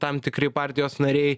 tą tam tikri partijos nariai